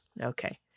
okay